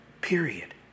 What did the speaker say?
Period